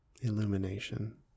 Illumination